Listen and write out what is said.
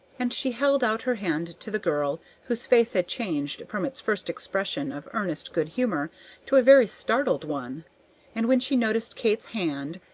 and she held out her hand to the girl, whose face had changed from its first expression of earnest good-humor to a very startled one and when she noticed kate's hand,